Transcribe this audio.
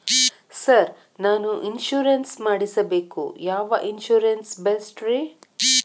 Sir ನಾನು insurance ಮಾಡಿಸಬೇಕು ಯಾವ ಇನ್ಶೂರೆನ್ಸ್ ಬೆಸ್ಟ್ರಿ?